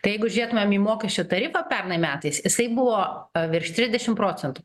tai jeigu žiūrėtumėm į mokesčių tarifą pernai metais jisai buvo virš trisdešim procentų